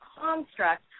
construct